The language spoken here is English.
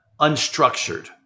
unstructured